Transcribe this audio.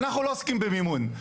אנחנו לא עוסקים במימון,